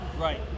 right